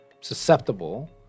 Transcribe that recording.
susceptible